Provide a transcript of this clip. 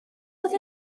oedd